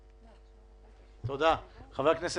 תודה, קטי.